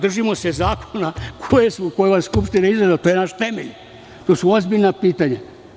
Držimo se zakona koje je ova Skupština izglasala, to je naš temelj, to su ozbiljna pitanja.